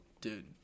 dude